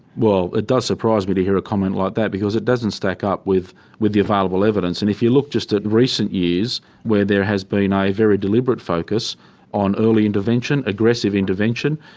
well, it does surprise me to hear a comment like that because it doesn't stack up with with the available evidence. and if you look just at recent years where there has been a very deliberate focus on early intervention, aggressive intervention,